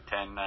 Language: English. Ten